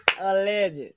Alleged